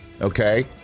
okay